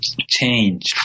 change